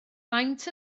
faint